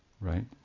right